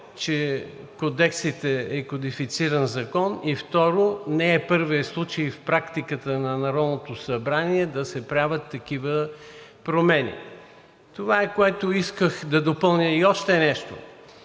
че кодексът е кодифициран закон. Второ, не е първият случай в практиката на Народното събрание да се правят такива промени. Това е, което исках да допълня. Още нещо.